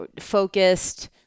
focused